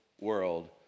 world